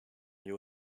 new